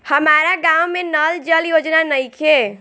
हमारा गाँव मे नल जल योजना नइखे?